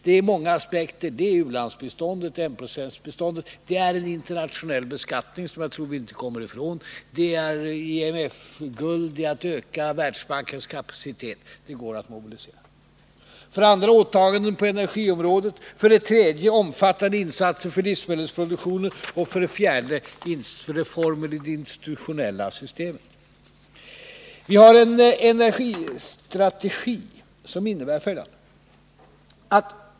Det har många aspekter: det är enprocentsbiståndet, det är en internationell beskattning — som jag inte tror att vi kommer ifrån — och det är EMF-guld; det är att öka Världsbankens kapacitet, som det går att mobilisera, 3. omfattande insatser för livsmedelsproduktionen och 4. reformer i det institutionella systemet. Vi har en energistrategi som innebär följande.